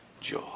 joy